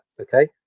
Okay